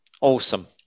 Awesome